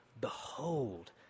behold